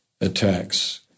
attacks